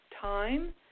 time